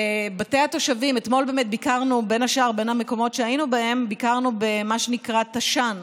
אתמול ביקרנו בין השאר במה שנקרא תש"ן,